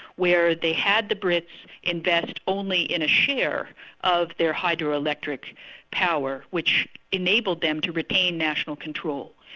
where they had the brits invest only in a share of their hydro-electric power, which enabled them to retain national control.